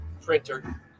printer